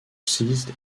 seized